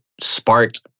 sparked